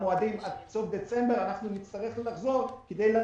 ב-2019 ישנה חשיפה למיסוי,